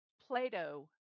Plato